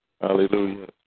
Hallelujah